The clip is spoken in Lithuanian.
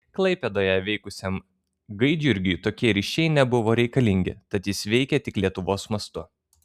klaipėdoje veikusiam gaidjurgiui tokie ryšiai nebuvo reikalingi tad jis veikė tik lietuvos mastu